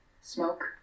Smoke